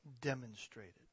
demonstrated